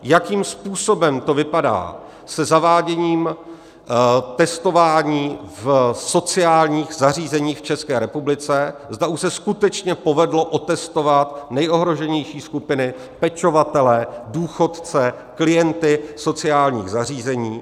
Jakým způsobem to vypadá se zaváděním testování v sociálních zařízeních v České republice, zda už se skutečně povedlo otestovat nejohroženější skupiny pečovatelek, důchodce, klienty v sociálních zařízeních.